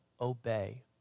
obey